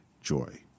joy